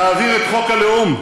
נעביר את חוק הלאום,